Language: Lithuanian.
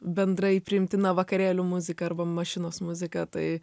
bendrai priimtina vakarėlių muzika arba mašinos muzika tai